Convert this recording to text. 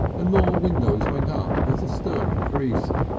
and more windows went up as the stir increased.